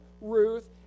Ruth